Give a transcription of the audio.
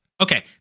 Okay